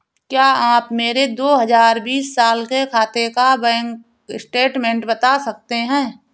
क्या आप मेरे दो हजार बीस साल के खाते का बैंक स्टेटमेंट बता सकते हैं?